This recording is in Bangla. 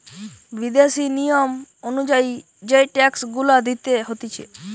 বিদেশি নিয়ম অনুযায়ী যেই ট্যাক্স গুলা দিতে হতিছে